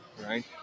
right